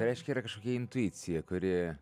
tai reiškia yra kažkokia intuicija kuri